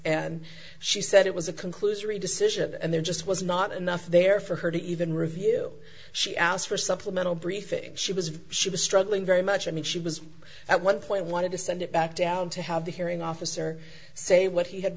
and she said it was a conclusory decision and there just was not enough there for her to even review she asked for supplemental briefing she was she was struggling very much i mean she was at one point wanted to send it back down to have the hearing officer say what he had